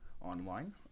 online